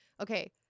Okay